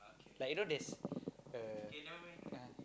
like you know there's a